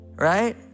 Right